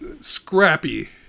Scrappy